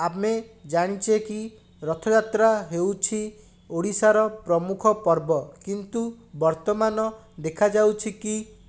ଆମେ ଜାଣିଛେ କି ରଥଯାତ୍ରା ହେଉଛି ଓଡ଼ିଶାର ପ୍ରମୁଖ ପର୍ବ କିନ୍ତୁ ବର୍ତ୍ତମାନ ଦେଖାଯାଉଛିକି